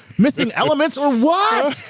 missing elements or what?